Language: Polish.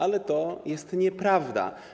Ale to jest nieprawda.